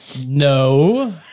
No